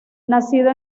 nacido